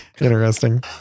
interesting